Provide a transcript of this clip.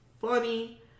funny